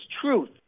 truth